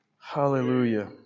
Hallelujah